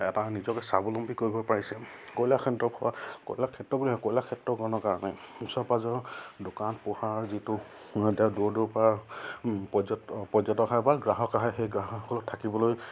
এটা নিজকে স্বাৱলম্বী কৰিব পাৰিছে কয়লা কয়লা ক্ষেত্ৰ বুলি হয় কলা ক্ষেত্ৰকৰণৰ কাৰণে ওচৰ পাঁজৰ দোকান পোহাৰ যিটো দূৰ দূৰপৰা পৰ্যট পৰ্যটক আহে বা গ্ৰাহক আহে সেই গ্ৰাহকসকলক থাকিবলৈ